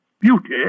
beauty